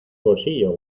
bolsillo